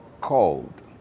called